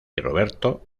roberto